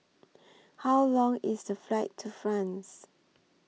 How Long IS The Flight to France